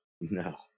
No